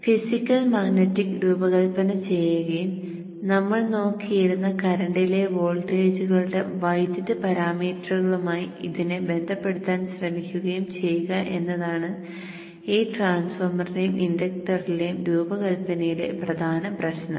physical magnetics രൂപകൽപന ചെയ്യുകയും നമ്മൾ നോക്കിയിരുന്ന കറന്റിലെ വോൾട്ടേജുകളുടെ വൈദ്യുത പാരാമീറ്ററുകളുമായി അതിനെ ബന്ധപ്പെടുത്താൻ ശ്രമിക്കുകയും ചെയ്യുക എന്നതാണ് ഈ ട്രാൻസ്ഫോർമറിന്റെയും ഇൻഡക്ടറിന്റെയും രൂപകൽപ്പനയിലെ പ്രധാന പ്രശ്നം